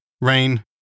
rain